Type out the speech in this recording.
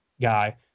guy